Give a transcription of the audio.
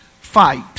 fight